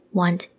want